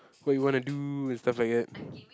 what you wanna do and stuff like that